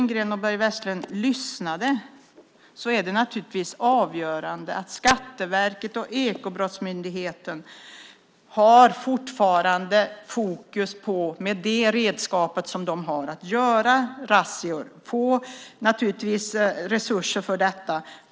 Det är avgörande att Skatteverket och Ekobrottsmyndigheten fortfarande har fokus på att göra razzior och får resurser för detta.